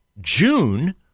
June